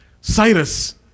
Cyrus